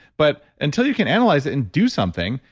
but until you can analyze it and do something,